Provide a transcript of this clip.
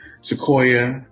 Sequoia